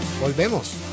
Volvemos